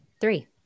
Three